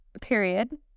period